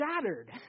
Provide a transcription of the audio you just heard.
shattered